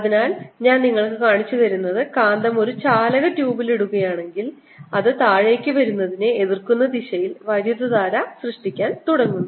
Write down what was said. അതിനാൽ ഞാൻ നിങ്ങൾക്ക് കാണിച്ചുതന്നത് കാന്തം ഒരു ചാലക ട്യൂബിൽ ഇടുകയാണെങ്കിൽ അത് താഴേക്ക് വരുന്നതിനെ എതിർക്കുന്ന രീതിയിൽ വൈദ്യുതധാര സൃഷ്ടിക്കാൻ തുടങ്ങുന്നു